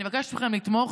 אני מבקשת מכם לתמוך,